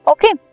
Okay